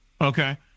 Okay